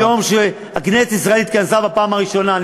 מיום שכנסת ישראל התכנסה בפעם הראשונה.